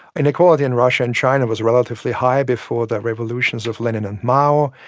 inequality in russia and china was a relatively high before the revolutions of lenin and mao.